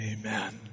Amen